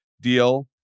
deal